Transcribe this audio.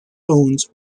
bones